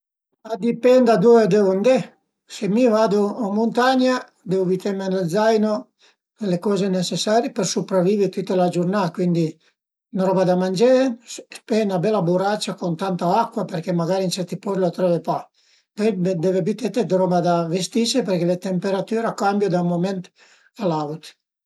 A dipend da ëndua devu andé. Se mi vadu ën muntagna devu büteme ën lë zaino le coze necesari për supravivi tüta la giurnà, cuindi la roba da mangé, pöi 'na bela buracia cun tanta acua perché magari ën certi post la tröve pa, pöi deve büte d'roba de vestise perché le temperatüre a cambiu da ün mument a l'aut